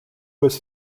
was